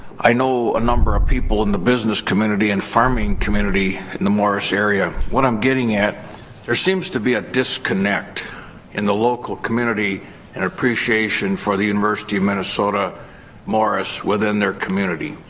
i know a number of people in the business community and farming community in the morris area. what i'm getting at there seems to be a disconnect in the local community and appreciation for the university of minnesota-morris within their community.